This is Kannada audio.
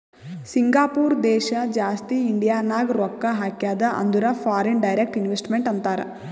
ಸಿಂಗಾಪೂರ ದೇಶ ಜಾಸ್ತಿ ಇಂಡಿಯಾನಾಗ್ ರೊಕ್ಕಾ ಹಾಕ್ಯಾದ ಅಂದುರ್ ಫಾರಿನ್ ಡೈರೆಕ್ಟ್ ಇನ್ವೆಸ್ಟ್ಮೆಂಟ್ ಅಂತಾರ್